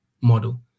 model